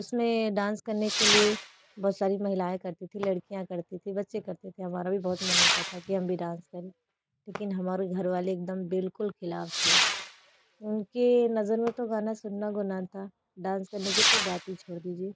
उसमें डांस करने के लिए बहुत सारी महिलाऍं करती थी लड़कियाँ करती थी बच्चे करते थे हमारा भी बहुत मन होता था कि हम भी डांस करें लेकिन हमारे घरवाले एक दम बिल्कुल ख़िलाफ़ थे उन की नज़र में तो गाना सुनना गुनाह था डांस करने की ताे बात ही छोड़ दीजिए